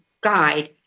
guide